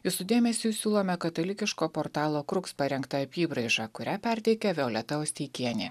jūsų dėmesiui siūlome katalikiško portalo kruks parengtą apybraižą kurią perteikia violeta osteikienė